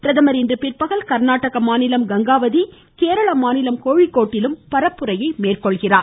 பிரதமர் இன்று பிற்பகல் கர்நாடக மாநிலம் கங்காவதி கேரளமாநிலம் கோழிக்கோடிலும் பரப்புரை மேற்கொள்கிறார்